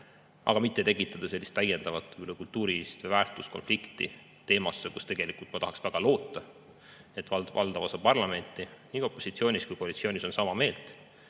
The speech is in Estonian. Ei maksa tekitada sellist täiendavat kultuuri- või väärtuskonflikti teemas, kus tegelikult, ma tahaks väga loota, et valdav osa parlamendist nii opositsioonis kui ka koalitsioonis on sama meelt,